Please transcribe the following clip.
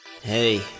hey